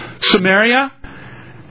Samaria